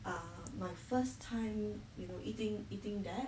ah my first time you know eating eating that